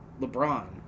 LeBron